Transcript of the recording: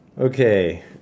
Okay